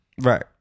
Right